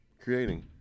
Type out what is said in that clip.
Creating